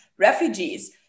refugees